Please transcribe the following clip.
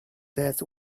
death